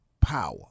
power